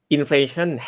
Inflation